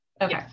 okay